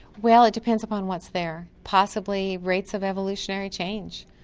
well, it depends upon what's there possibly rates of evolutionary change,